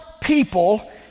people